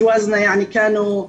אני בטוחה שבני הזוג שלנו היו,